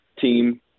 team